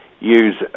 use